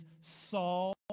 Saul